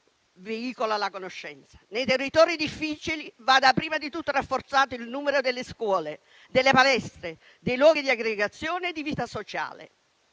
veicola la conoscenza -, nei territori difficili vada prima di tutto rafforzato il numero delle scuole, delle palestre, dei luoghi di aggregazione e di vita sociale.